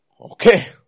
Okay